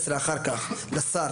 16 אחר כך לשר.